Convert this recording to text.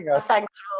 thanks